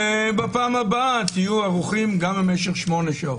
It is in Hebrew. ובפעם הבאה תהיה ערוכים גם במשך שמונה שעות.